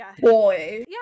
boy